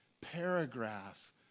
paragraph